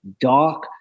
dark